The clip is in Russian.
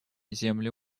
землю